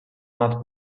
nad